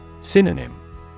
Synonym